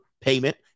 payment